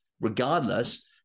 regardless